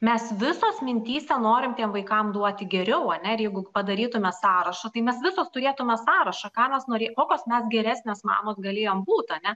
mes visos mintyse norintiem vaikam duoti geriau ane ir jeigu padarytume sąrašą tai mes visos turėtume sąrašą ką mes nori kokios mes geresnės mamos galėjom būt ane